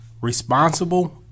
responsible